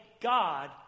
God